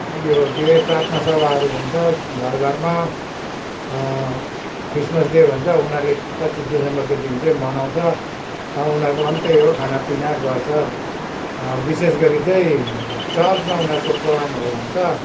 यो के प्रार्थना सभाहरू हुन्छ घर घरमा क्रिसमस डे भन्छ उनीहरूले पच्चिस डिसम्बरको दिन चाहिँ मनाउँछ उनीहरूकोमा पनि त्यही हो खाना पिना गर्छ विशेष गरी चाहिँ चर्चमा उनीहरूको प्रोग्रामहरू हुन्छ